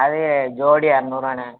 அது ஜோடி இரநூறுவாணே